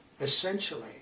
essentially